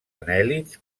anèl·lids